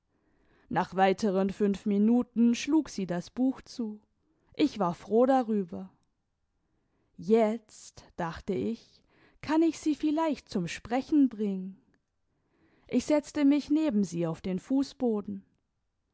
nach weiteren fünf minuten schlug sie das buch zu ich war froh darüber jetzt dachte ich kann ich sie vielleicht zum sprechen bringen ich setzte mich neben sie auf den fußboden